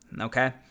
Okay